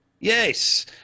Yes